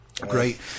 Great